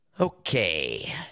okay